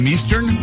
Eastern